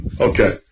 Okay